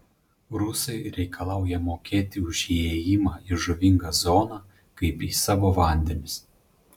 rusai reikalauja mokėti už įėjimą į žuvingą zoną kaip į savo vandenis